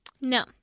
No